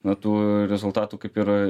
na tų rezultatų kaip ir